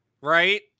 right